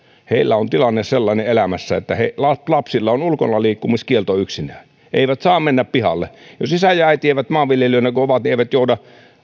heillä on tilanne elämässään sellainen että lapsilla on ulkonaliikkumiskielto yksinään eivät saa mennä pihalle jos isä ja äiti maanviljelijöinä kun ovat eivät jouda